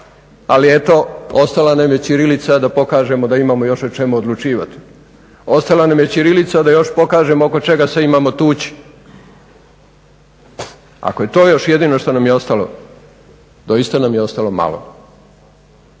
ali eto ostala nam je ćirilica da pokažemo da imamo još o čemu odlučivati. Ostala nam je ćirilica da još pokažemo oko čega se imamo tuć. Ako je to još jedino što nam je ostalo, doista nam je ostalo malo.